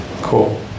Cool